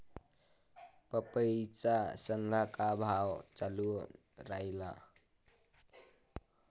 पपईचा सद्या का भाव चालून रायला?